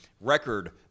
record